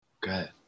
Good